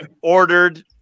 ordered